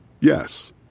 Yes